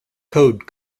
code